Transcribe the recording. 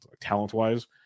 talent-wise